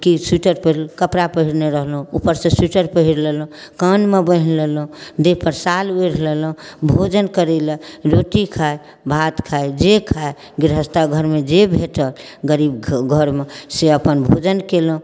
कि सोइटर पहिर कपड़ा पहिरने रहलहुँ उपरसँ सोइटर पहिर लेलहुँ कानमे बान्हि लेलहुँ देहपर शॉल ओढ़ि लेलहुँ भोजन करैलए रोटी खाइ भात खाइ जे खाइ गृहस्थके घरमे जे भेटल गरीब घरमे से अपन भोजन केलहुँ